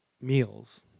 meals